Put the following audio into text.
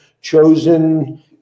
chosen